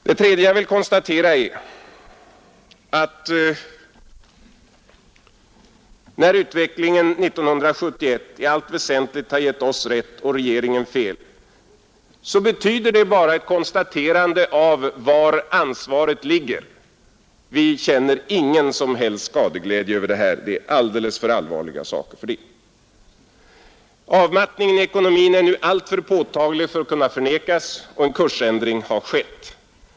Det tredje jag vill konstatera är att när utvecklingen 1971 i allt väsentligt har givit oss rätt och regeringen fel betyder det bara ett konstaterande av var ansvaret ligger. Vi känner ingen som helst skadeglädje över detta — det här är alldeles för allvarliga saker. Avmattningen i ekonomin är nu allför påtaglig för att kunna förnekas, och en kursändring har skett.